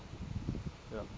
ya